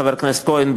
חבר הכנסת כהן,